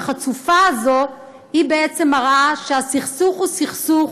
החוצפה הזאת בעצם מראה שהסכסוך הוא סכסוך